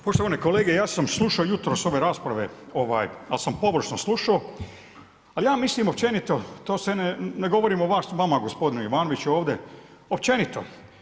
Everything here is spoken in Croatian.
Poštovani kolege, ja sam slušao jutros ove rasprave ali sam površno slušao, ali ja mislim općenito, to ne govorim vama gospodine Jovanoviću ovdje, općenito.